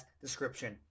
description